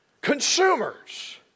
consumers